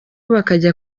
bakajya